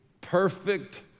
perfect